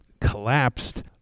collapsed